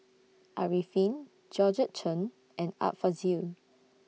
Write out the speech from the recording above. Arifin Georgette Chen and Art Fazil